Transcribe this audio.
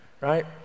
right